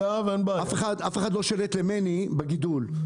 אף אחד לא שולט למני בגידול.